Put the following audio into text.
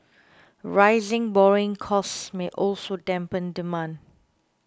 rising borrowing costs may also dampen demand